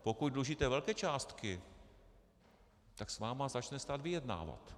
Pokud dlužíte velké částky, tak s vámi začne stát vyjednávat.